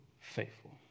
faithful